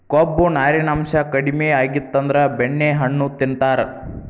ಕೊಬ್ಬು, ನಾರಿನಾಂಶಾ ಕಡಿಮಿ ಆಗಿತ್ತಂದ್ರ ಬೆಣ್ಣೆಹಣ್ಣು ತಿಂತಾರ